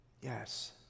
Yes